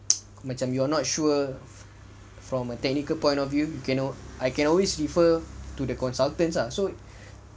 macam you're not sure from a technical point of view you ca~ I can always refer to the consultants ah so